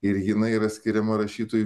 ir jinai yra skiriama rašytojui